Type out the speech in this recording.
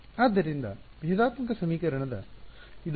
ಆದ್ದರಿಂದ ಭೇದಾತ್ಮಕ ಸಮೀಕರಣ ಇದು ಎಂದು ನನಗೆ ತಿಳಿದಿದೆ